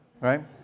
right